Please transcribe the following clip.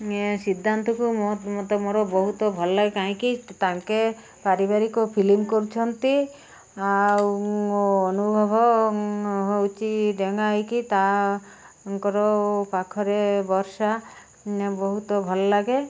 ସିଦ୍ଧାନ୍ତଙ୍କୁ ମୁଁ ମୋତେ ମୋର ବହୁତ ଭଲ ଲାଗେ କାହିଁକି ତାଙ୍କ ପାରିବାରିକ ଫିଲ୍ମ କରୁଛନ୍ତି ଆଉ ମୋ ଅନୁଭବ ହେଉଛି ଡେଙ୍ଗା ହେଇକି ତାଙ୍କର ପାଖରେ ବର୍ଷା ବହୁତ ଭଲ ଲାଗେ